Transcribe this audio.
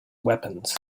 weapons